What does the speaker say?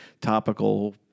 topical